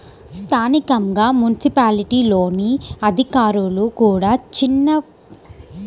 స్థానికంగా మున్సిపాలిటీల్లోని అధికారులు కూడా కొన్ని చిన్న చిన్న పన్నులు విధిస్తారు